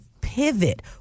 pivot